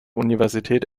universität